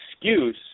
excuse